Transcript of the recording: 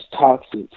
toxic